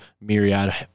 myriad